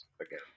again